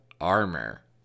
Armor